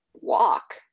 walk